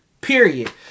period